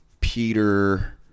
Peter